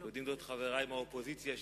יודעים זאת חברי מהאופוזיציה,